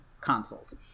consoles